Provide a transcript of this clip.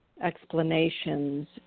explanations